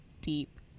deep